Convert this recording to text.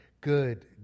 good